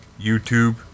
YouTube